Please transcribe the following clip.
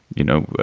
you know,